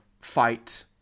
fight